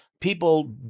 people